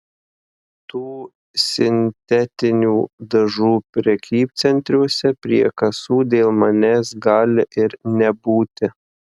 tų sintetinių dažų prekybcentriuose prie kasų dėl manęs gali ir nebūti